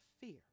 fear